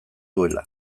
duela